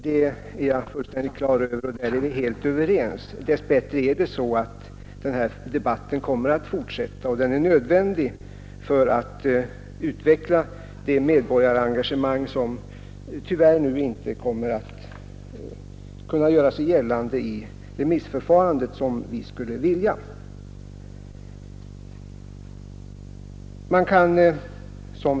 Där är vi sålunda överens. Denna debatt kommer dess bättre att fortsätta. Den är också helt nödvändig för att utveckla det medborgarengagemang som tyvärr inte kommer att kunna göra sig gällande i remissförfarandet på det sätt som vi skulle vilja.